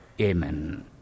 Amen